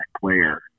player